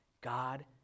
God